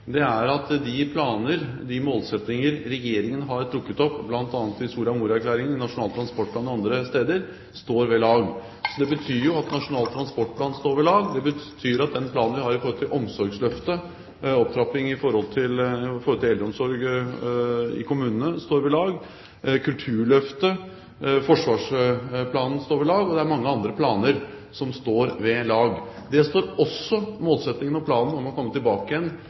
er at de planer, de målsettinger Regjeringen har trukket opp, bl.a. i Soria Moria-erklæringen, i Nasjonal transportplan og andre steder, står ved lag. Det betyr at Nasjonal transportplan står ved lag. Det betyr at den planen vi har i forbindelse med omsorgsløftet, opptrappingen i forbindelse med eldreomsorgen i kommunene, kulturløftet og forsvarsplanen står ved lag. Det er mange andre planer som står ved lag. Det gjør også målsettingen og planen om å komme tilbake